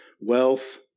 wealth